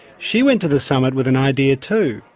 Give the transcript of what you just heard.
she went to the summit with an idea too.